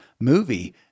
movie